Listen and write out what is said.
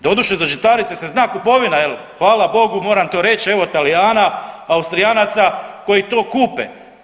Doduše za žitarice se zna kupovina hvala bogu moram to reći, evo Talijana, Austrijanaca koji to kupe.